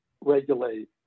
regulate